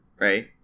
right